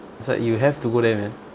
it's like you have to go there man